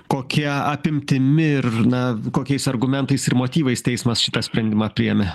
kokia apimtimi ir na kokiais argumentais ir motyvais teismas šitą sprendimą priėmė